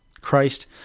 Christ